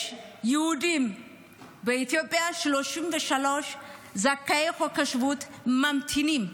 יש יהודים באתיופיה, 33 זכאי חוק השבות, שממתינים.